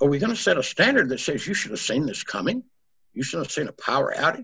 are we going to set a standard that says you should've seen this coming you should have seen a power outage